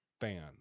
fan